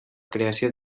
creació